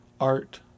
art